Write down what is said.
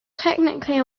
technically